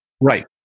right